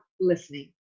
listening